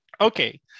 Okay